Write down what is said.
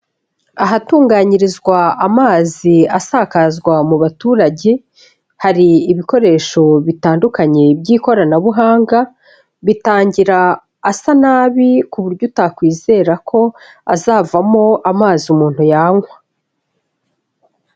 Ahatunganyirizwa amazi asakazwa mu baturage, hari ibikoresho bitandukanye by'ikoranabuhanga, bitangira asa nabi ku buryo utakwizera ko azavamo amazi umuntu yanywa.